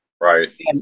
Right